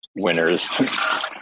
winners